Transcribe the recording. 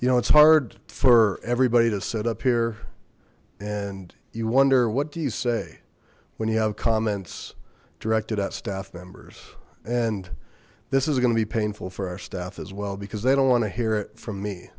you know it's hard for everybody to sit up here and you wonder what do you say when you have comments directed at staff members and this is gonna be painful for our staff as well because they don't want to hear it from me